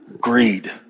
Greed